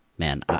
Man